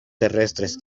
terrestres